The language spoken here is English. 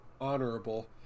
honorable